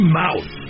mouth